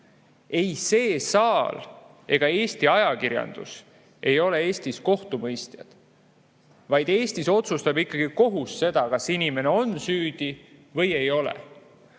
Ei see saal ega Eesti ajakirjandus ei ole Eestis kohtumõistjad. Eestis otsustab ikkagi kohus seda, kas inimene on süüdi või ei ole.